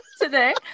today